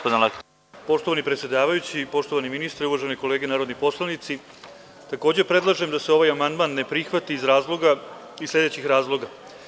Poštovani predsedavajući, poštovani ministre, uvažene kolege narodni poslanici, takođe predlažem da se ovaj amandman ne prihvati iz sledećih razloga.